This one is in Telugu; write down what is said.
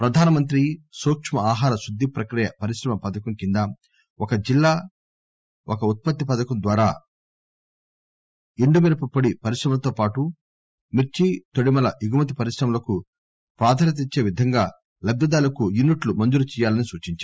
ప్రధానమంత్రి సూక్కు ఆహార శుద్ది ప్రక్రియ పరిశ్రమ పథకం కింద ఒక జిల్లా ఒక ఉత్పత్తి పథకం ద్వారా జిల్లాలో ఎండు మిరపపొడి పరిశ్రమలతో పాటు మిర్సి తొడిమల ఎగుమతి పరిశ్రమలకు ప్రాధాన్యతనిచ్చే విధంగా లబ్దిదారులకు యూనిట్లు మంజురు చేయాలని సూచించారు